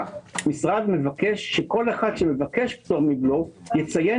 המשרד מבקש שכל אחד שמבקש פטור מבלו יציין